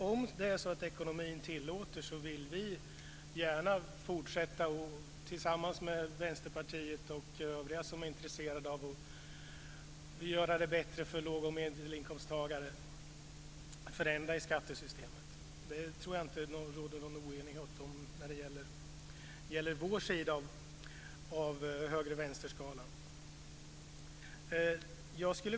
Om ekonomin tillåter vill vi gärna fortsätta att förändra i skattesystemet tillsammans med Vänsterpartiet och övriga som är intresserade för att göra det bättre för låg och medelinkomsttagare. Det tror jag inte att det råder någon oenighet om från vår sida av höger-vänster-skalan.